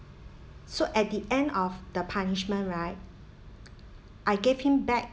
so at the end of the punishment right I gave him back